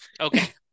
Okay